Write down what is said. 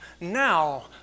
now